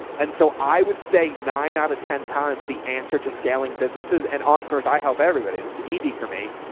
and so i would say nine out of ten times the answer to scaling businesses and entrepreneurs. i help everybody. that's easy for me,